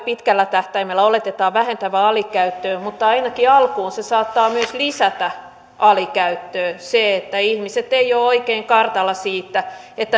pitkällä tähtäimellä oletetaan vähentävän alikäyttöä että ainakin alkuun se saattaa myös lisätä alikäyttöä että ihmiset eivät ole oikein kartalla siinä